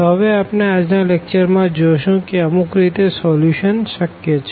તો હવે આપણે આજના લેકચર માં જોશું કે અમુક રીતે સોલ્યુશન શક્ય છે